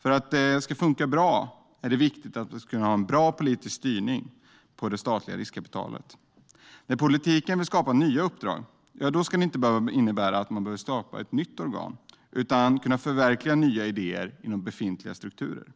För att det ska funka bra är det viktigt att ha en bra politisk styrning på det statliga riskkapitalet. När politiken vill skapa nya uppdrag ska det inte behöva innebära att man måste skapa ett nytt organ, utan man ska kunna förverkliga nya idéer inom befintliga strukturer.